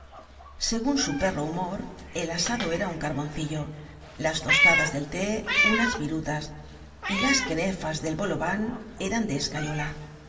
según su perro humor el asado era un carboncillo las tostadas del té unas virutas y las quenefas del bolován eran